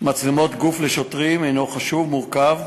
גוף לשוטרים הוא נושא חשוב ומורכב,